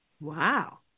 Wow